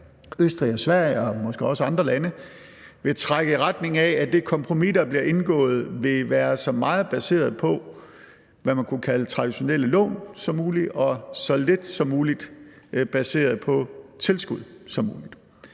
Østrig, Sverige og måske også andre lande vil trække i retning af, at det kompromis, der bliver indgået, så meget som muligt vil være baseret på, hvad man kunne kalde traditionelle lån, og så lidt som muligt på tilskud